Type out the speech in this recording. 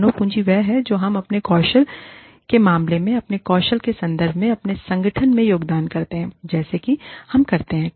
मानव पूँजी वह है जो हम अपने कौशल के मामले में अपने कौशल के संदर्भ में अपने संगठन में योगदान करते हैं जैसा कि हम करते हैं